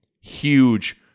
Huge